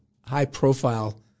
high-profile